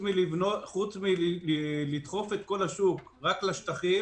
חוץ מלדחוף את כל השוק רק לשטחים,